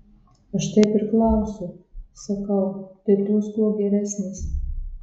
aš taip ir klausiu sakau tai tos kuo geresnės